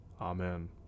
Amen